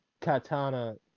katana